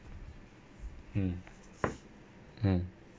mm mm